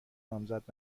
نامزد